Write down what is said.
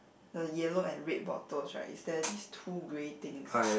the yellow and red bottles right is there this two grey things